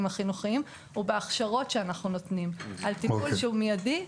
החינוכיים הוא בהכשרות שאנחנו נותנים על טיפול שהוא מידי,